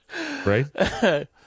Right